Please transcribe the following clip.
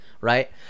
Right